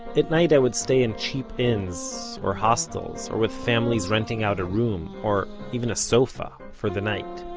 at night i would stay in cheap inns, or hostels, or with families renting out a room, or even a sofa, for the night.